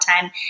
time